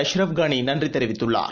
Ashraf கானிநன்றிதெரிவித்துள்ளார்